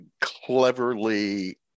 cleverly